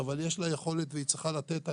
אבל יש לה יכולת והיא צריכה לתת.